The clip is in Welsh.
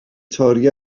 torri